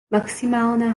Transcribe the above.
maximálna